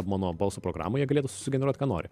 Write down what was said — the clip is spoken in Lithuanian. mano balso programą jie galėtų susigeneruot ką nori